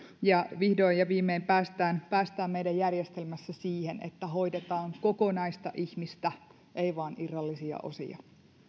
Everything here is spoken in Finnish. ja vihdoin ja viimein päästään päästään meidän järjestelmässämme siihen että hoidetaan kokonaista ihmistä ei vain irrallisia osia